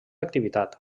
activitat